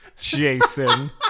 Jason